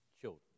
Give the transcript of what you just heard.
children